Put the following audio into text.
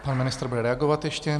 Pan ministr bude reagovat ještě.